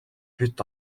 бид